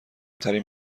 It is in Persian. ترین